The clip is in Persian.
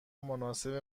مناسب